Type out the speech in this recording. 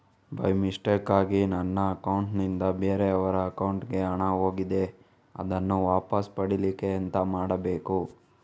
By ಮಿಸ್ಟೇಕಾಗಿ ನನ್ನ account ನಿಂದ ಬೇರೆಯವರ ಅಕೌಂಟ್ ಗೆ ಹಣ ಹೋಗಿದೆ ಅದನ್ನು ವಾಪಸ್ ಪಡಿಲಿಕ್ಕೆ ಎಂತ ಮಾಡಬೇಕು?